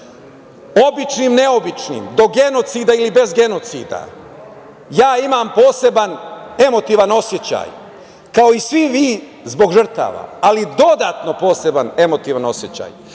običnim, neobičnim, do genocida i bez genocida, ja imam poseban emotivan osećaj, kao i svi vi, zbog žrtava, ali dodatno poseban emotivan osećaj